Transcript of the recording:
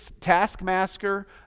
taskmaster